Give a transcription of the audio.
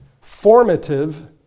formative